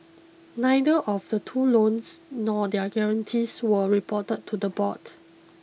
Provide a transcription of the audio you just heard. neither of the two loans nor their guarantees were reported to the board